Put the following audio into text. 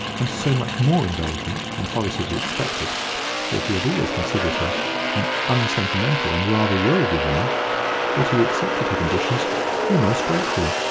and so much more indulgent than horace had expected for he had always considered her an unsentimental and rather worldly woman that he accepted her conditions almost gratefully.